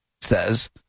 says